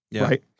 right